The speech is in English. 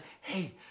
hey